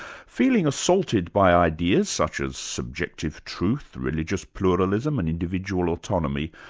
feeling assaulted by ideas such as subjective truth, religious pluralism, and individual autonomy,